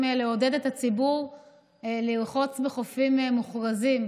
לעודד את הציבור לרחוץ בחופים מוכרזים.